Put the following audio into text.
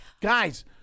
guys